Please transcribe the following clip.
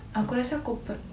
aku rasa aku